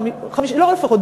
לא לפחות,